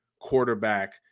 quarterback